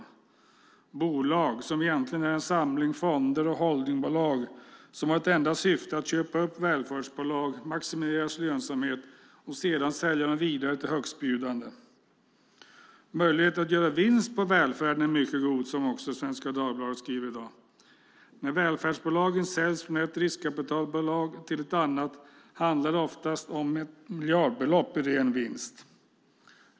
Det är bolag som egentligen är en samling fonder och holdingbolag och som har som enda syfte att köpa upp välfärdsbolag, maximera deras lönsamhet och sedan sälja dem vidare till högstbjudande. Möjligheten att göra vinst på välfärden är mycket god, som Svenska Dagbladet också skriver i dag. När välfärdsbolagen säljs från ett riskkapitalbolag till ett annat handlar det oftast om miljardbelopp i ren vinst.